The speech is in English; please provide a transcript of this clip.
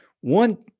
one